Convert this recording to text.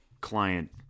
client